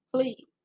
Please